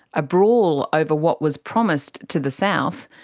a brawl over what was promised to the south,